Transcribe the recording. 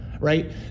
right